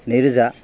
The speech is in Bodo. नैरोजा